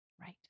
Right